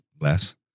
less